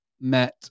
Met